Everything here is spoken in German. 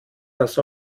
das